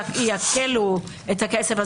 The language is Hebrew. ויעקלו את הכסף,